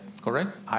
correct